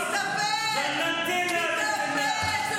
תתאפק.